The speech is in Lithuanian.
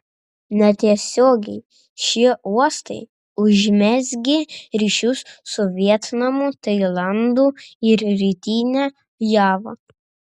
netiesiogiai šie uostai užmezgė ryšius su vietnamu tailandu ir rytine java